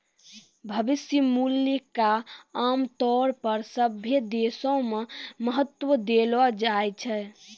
भविष्य मूल्य क आमतौर पर सभ्भे देशो म महत्व देलो जाय छै